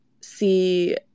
see